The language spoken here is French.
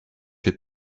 fais